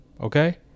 okay